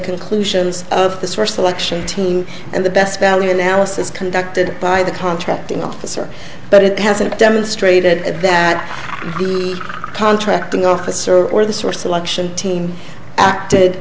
conclusions of the source election team and the best value analysis conducted by the contracting officer but it hasn't demonstrated that the contracting officer or the source election team acted